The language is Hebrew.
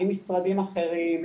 עם משרדים אחרים,